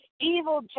evil